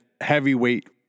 heavyweight